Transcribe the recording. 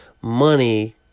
Money